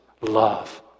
love